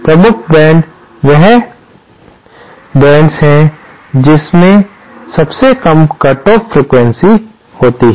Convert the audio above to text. प्रमुख बेंड्स वह बेंड्स है जिसमें सबसे कम कट ऑफ फ्रीक्वेंसी होती है